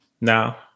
now